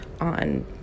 on